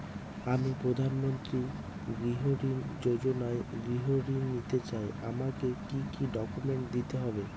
আমি প্রধানমন্ত্রী গৃহ ঋণ যোজনায় গৃহ ঋণ নিতে চাই আমাকে কি কি ডকুমেন্টস দিতে হবে?